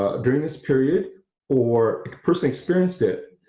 ah during this period or personally experienced it